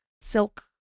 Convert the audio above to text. silk